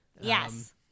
Yes